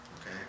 okay